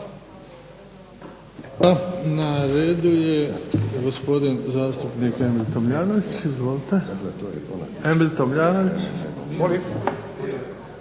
Na redu je gospodin zastupnik Emil Tomljanović. Izvolite. Oprostite, Franjo Lucić.